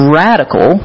radical